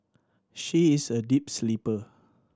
she is a deep sleeper